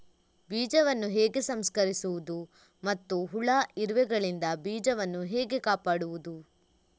ಬೀಜವನ್ನು ಹೇಗೆ ಸಂಸ್ಕರಿಸುವುದು ಮತ್ತು ಹುಳ, ಇರುವೆಗಳಿಂದ ಬೀಜವನ್ನು ಹೇಗೆ ಕಾಪಾಡುವುದು?